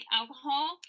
alcohol